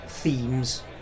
Themes